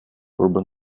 urban